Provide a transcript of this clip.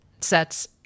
sets